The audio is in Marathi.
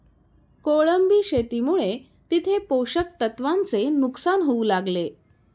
कोळंबी शेतीमुळे तिथे पोषक तत्वांचे नुकसान होऊ लागले